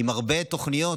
עם הרבה תוכניות.